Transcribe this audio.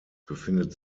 befindet